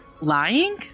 lying